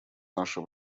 наше